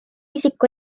isik